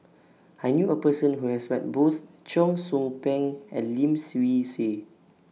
I knew A Person Who has Met Both Cheong Soo Pieng and Lim Swee Say